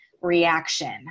reaction